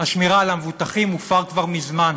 השמירה על המבוטחים הופר כבר מזמן,